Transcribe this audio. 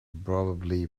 probably